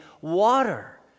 water